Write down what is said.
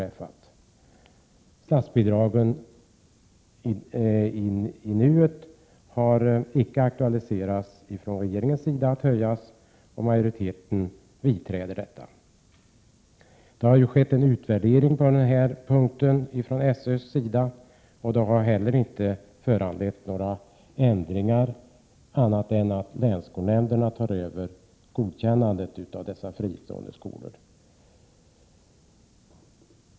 I nuvarande läge har någon höjning av statsbidragen icke aktualiserats av regeringen, och majoriteten har följt samma linje. Inte heller har en av SÖ gjord utvärdering på denna punkt föranlett några andra ändringar än att länsskolnämnderna tar över godkännandet av fristående skolor.